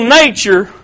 nature